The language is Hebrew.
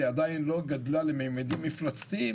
היא עדיין לא גדלה לממדים מפלצתיים,